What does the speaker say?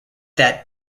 that